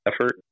effort